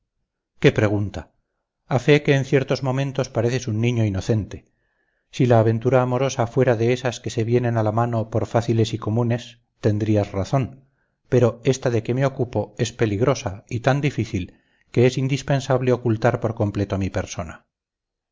qué pregunta a fe que en ciertos momentos pareces un niño inocente si la aventura amorosa fuera de esas que se vienen a la mano por fáciles y comunes tendrías razón pero esta de que me ocupo es peligrosa y tan difícil que es indispensable ocultar por completo mi persona